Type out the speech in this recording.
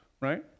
right